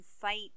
fight